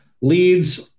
Leads